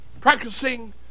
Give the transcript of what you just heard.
practicing